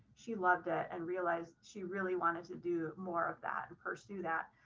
she loved it and realized she really wanted to do more of that and pursue that.